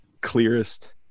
clearest